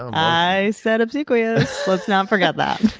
i said obsequious. let's not forget that.